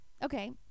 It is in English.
Okay